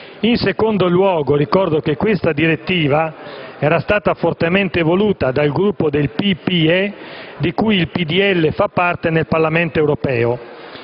In secondo luogo, ricordo che questa direttiva era stata fortemente voluta dal Gruppo del PPE, di cui il PdL fa parte nel Parlamento europeo.